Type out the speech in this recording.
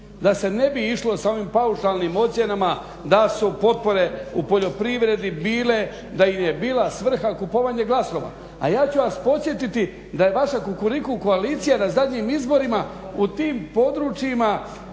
da se ne bi išlo sa ovim paušalnim ocjenama da su potpore u poljoprivredi bile da joj je bila svrha kupovanja glasova. A ja ću vas podsjetiti da je vaša Kukuriku koalicija na zadnjim izborima u tim ruralnim